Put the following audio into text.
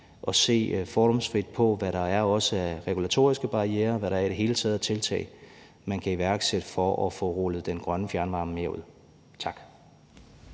og se fordomsfrit på, hvad der er af også regulatoriske barrierer, og hvad der i det hele taget er af tiltag, man kan iværksætte, for at få rullet den grønne fjernvarme mere ud. Tak.